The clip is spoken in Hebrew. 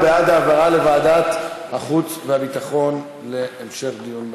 הוא בעד העברה לוועדת החוץ והביטחון להמשך דיון בנושא.